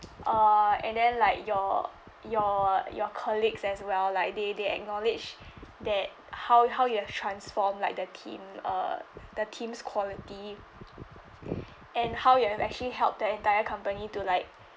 uh and then like your your your colleagues as well like they they acknowledge that how how you have transform like the team uh the team's quality and how you have actually helped the entire company to like